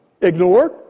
ignored